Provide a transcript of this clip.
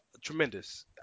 Tremendous